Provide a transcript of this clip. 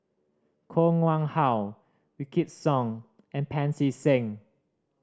Koh Nguang How Wykidd Song and Pancy Seng